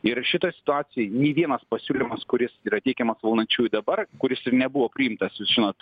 ir šitoj situacijoj nė vienas pasiūlymas kuris yra teikiamas valdančiųjų dabar kuris ir nebuvo priimtas jūs žinot